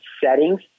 settings